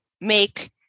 make